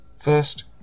First